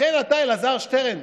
לכן אתה, אלעזר שטרן,